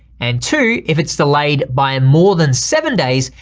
and two, if it's delayed by more than seven days,